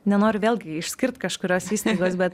nenori vėlgi išskirt kažkurios įstaigos bet